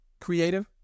Creative